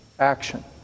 action